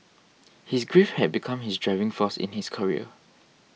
his grief had become his driving force in his career